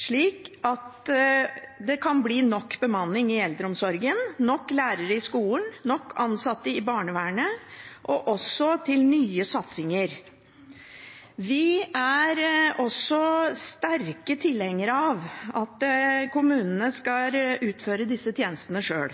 slik at det kan bli nok bemanning i eldreomsorgen, nok lærere i skolen, nok ansatte i barnevernet og også nok til nye satsinger. Vi er også sterkt tilhengere av at kommunene skal utføre disse tjenestene sjøl.